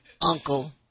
Uncle